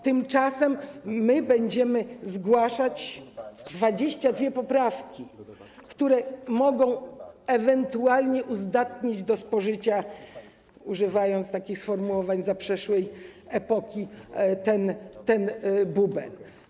Tymczasem będziemy zgłaszać 22 poprawki, które mogą ewentualnie uzdatnić do spożycia - używając takich sformułowań zaprzeszłej epoki - ten bubel.